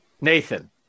Nathan